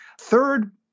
Third